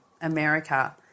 America